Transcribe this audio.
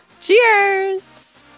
Cheers